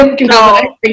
no